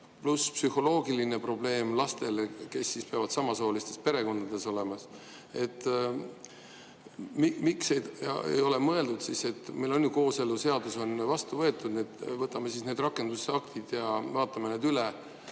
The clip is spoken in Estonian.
pluss psühholoogiline probleem lastele, kes peavad samasoolistes perekondades elama – miks sellele ei ole mõeldud? Meil on ju kooseluseadus vastu võetud, võtame siis need rakendusaktid ja vaatame need üle.